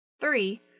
Three